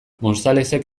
gonzalezek